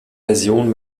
version